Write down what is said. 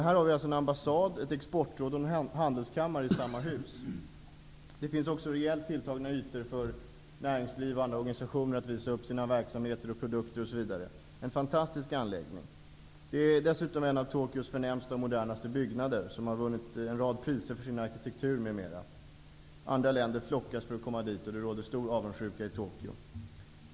Här finns en ambassad, ett exportråd och en handelskammare i samma hus. Det finns också rejält tilltagna ytor för näringsliv och andra organisationer att visa upp sina verksamheter, produkter, osv. Det är en fantastisk anläggning. Det är dessutom en av Tokyos förnämsta och modernaste byggnader som har vunnit en rad priser för sin arkitektur m.m. Andra länder flockas för att komma dit. Det råder stor avundssjuka i Tokyo.